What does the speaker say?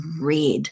red